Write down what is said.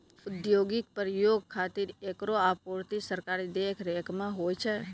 औद्योगिक प्रयोग खातिर एकरो आपूर्ति सरकारी देखरेख म होय छै